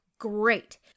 great